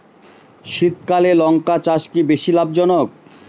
শীতকালে লঙ্কা চাষ কি বেশী লাভজনক?